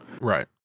Right